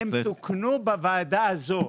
הם תוקנו בוועדה הזו.